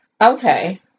okay